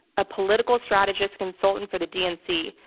a political strategist consultant for the dnc,